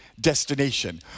destination